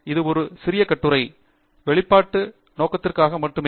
இது ஒரு சிறிய கட்டுரை வெளிப்பாட்டு நோக்கத்திற்காக மட்டுமே